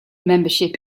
membership